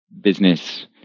business